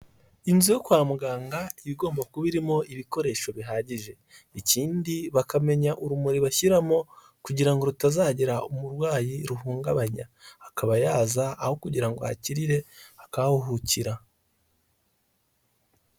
Inzu yo kwa muganga iba igomba kuba irimo ibikoresho bihagije, ikindi bakamenya urumuri bashyiramo kugira ngo rutazagira umurwayi ruhungabanya, akaba yaza aho kugira ngo ahakirire akahahuhukira.